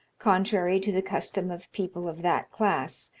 contrary to the custom of people of that class,